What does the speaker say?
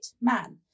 man